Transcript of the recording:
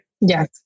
Yes